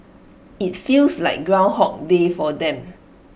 IT feels like groundhog day for them